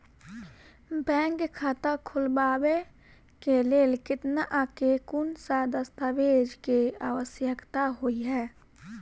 Bank खाता खोलबाबै केँ लेल केतना आ केँ कुन सा दस्तावेज केँ आवश्यकता होइ है?